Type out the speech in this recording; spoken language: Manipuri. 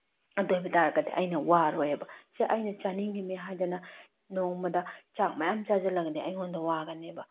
ꯑꯗꯨ ꯑꯣꯏꯕ ꯇꯥꯔꯒꯗꯤ ꯑꯩꯅ ꯋꯔꯣꯏꯌꯦꯕ ꯁꯦ ꯑꯩꯅ ꯆꯥꯅꯤꯡꯏꯝꯅꯤ ꯍꯥꯏꯗꯅ ꯅꯣꯡꯃꯗ ꯆꯥꯛ ꯃꯌꯥꯝ ꯆꯁꯤꯜꯂꯒꯗꯤ ꯑꯩꯉꯣꯟꯗ ꯋꯥꯒꯅꯤꯕ